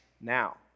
now